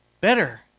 Better